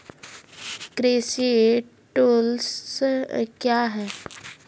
कृषि टुल्स क्या हैं?